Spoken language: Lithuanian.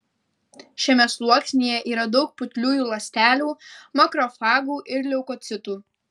šiame sluoksnyje yra daug putliųjų ląstelių makrofagų ir leukocitų